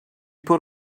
put